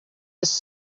his